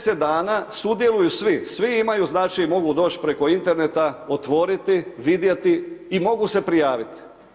10 sudjeluju svi, svi imaju znači mogu doći preko interneta otvoriti, vidjeti i mogu se prijaviti.